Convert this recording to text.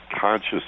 conscious